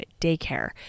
daycare